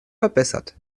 verbessert